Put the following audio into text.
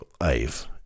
life